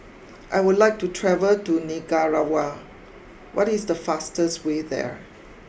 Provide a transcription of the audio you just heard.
I would like to travel to Nicaragua what is the fastest way there